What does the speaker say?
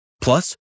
Plus